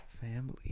Family